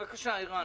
בבקשה, ערן.